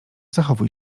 zachowuj